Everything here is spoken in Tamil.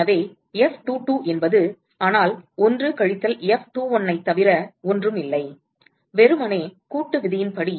எனவே F22 என்பது ஆனால் 1 கழித்தல் F21 ஐ தவிர ஒன்றும் இல்லை வெறுமனே கூட்டு விதியின்படி